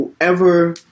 whoever